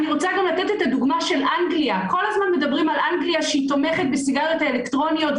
כל הזמן מדברים על אנגליה שתומכת בסיגריות האלקטרוניות,